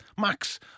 Max